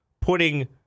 putting